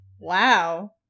Wow